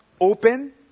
open